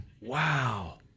Wow